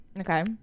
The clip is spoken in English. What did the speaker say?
Okay